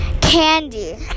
candy